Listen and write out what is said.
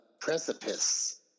precipice